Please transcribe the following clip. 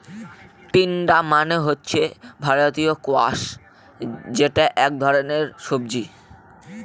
তিনডা মানে হচ্ছে ভারতীয় স্কোয়াশ যেটা এক ধরনের সবজি